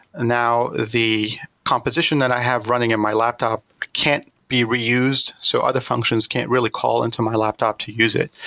now the composition that i have running in my laptop can't be reused. so other functions can't really call unto my laptop to use it.